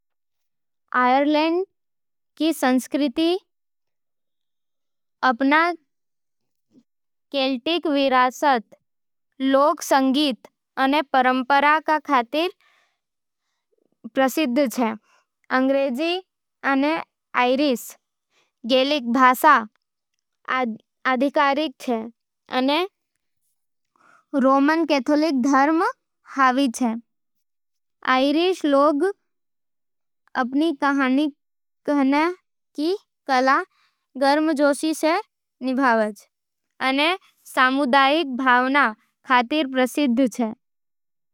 आयरलैंड रो संस्कृति अपन केल्टिक विरासत, लोक संगीत अने परंपरावां का खातिर प्रदीध छे। अंग्रेजी अने आयरिश गेलिक भाषा आधिकारिक होवे, अने रोमन कैथोलिक धर्म हावी छे। आयरिश लोग अपन कहानी कहने री कला, गर्मजोशी अने सामुदायिक भावना खातर प्रसिद्ध छे।